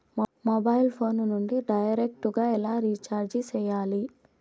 mobile phone నుండి direct గా ఎలా రీచార్జి సేయాలి